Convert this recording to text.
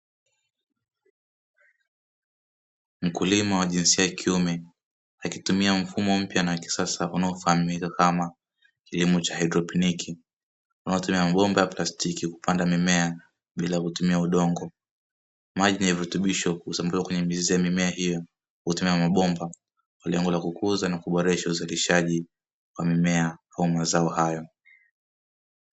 Mkulima wa jinsia ya kiume akitumia mfumo mpya na wa kisasa unaofahamika kama kilimo cha haidroponi unaotumia mabomba ya plastiki kupanda mimea bila kutumia udongo, maji yenye virutubisho husambazwa kwenye mizizi ya mimea hiyo kutumia mabomba kwa lengo la kukuza na kuboresha uzalishaji wa mimea au mazao hayo.